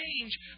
change